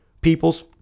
peoples